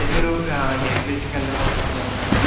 మీరు ఏ ప్లేసులకి వెళ్లాలనుకుంటున్నారు మ్యాడమ్ మీరు